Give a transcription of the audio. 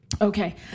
Okay